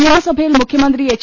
നിയമസഭയിൽ മുഖ്യമന്ത്രി എച്ച്